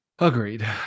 Agreed